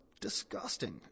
disgusting